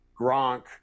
Gronk